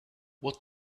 what